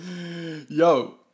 Yo